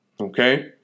Okay